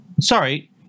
sorry